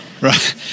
Right